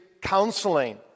counseling